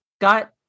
got